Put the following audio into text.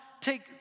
take